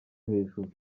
hejuru